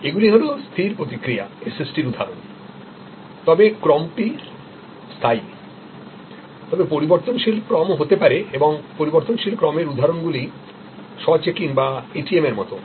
এগুলি হল স্থির প্রতিক্রিয়া SST র উদাহরণ তবে ক্রমটি স্থায়ী তবে পরিবর্তনশীল ক্রম হতে পারে এবং পরিবর্তনশীল ক্রমের উদাহরণগুলি স্ব চেকিং বা এটিএম এর মতো